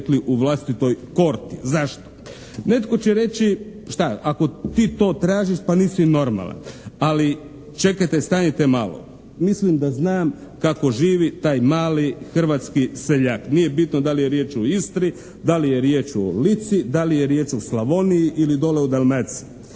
u vlastitoj korti. Zašto? Netko će reći šta? Ako ti to tražiš pa nisi normalan. Ali čekajte, stanite malo! Mislim da znam kako živi taj mali hrvatski seljak. Nije bitno da li je riječ o Istri, da li je riječ o Lici, da li je riječ o Slavoniji ili dole o Dalmaciji?